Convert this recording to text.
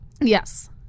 yes